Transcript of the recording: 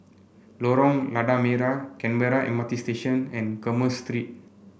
Lorong Lada Merah Canberra M R T Station and Commerce Street